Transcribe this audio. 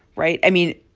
right? i mean,